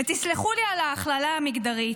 תסלחו לי על ההכללה המגדרית,